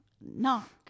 knock